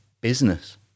business